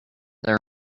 their